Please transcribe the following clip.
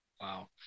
Wow